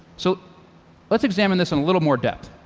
so let's examine this in a little more depth.